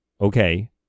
okay